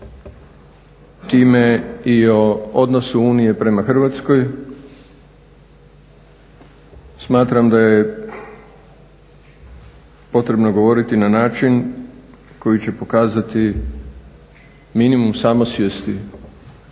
time i o odnosu Unije prema Hrvatskoj. Smatram da je potrebno govoriti na način koji će pokazati minimum samosvijesti